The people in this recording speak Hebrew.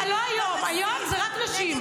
לא היום, היום זה רק נשים.